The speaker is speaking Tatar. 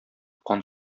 кан